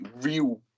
real